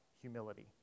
humility